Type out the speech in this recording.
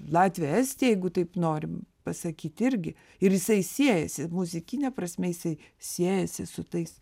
latviją estiją jeigu taip norim pasakyti irgi ir jisai siejasi muzikine prasme jisai siejasi su tais